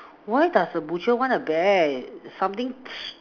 why does a butcher want a bear something st~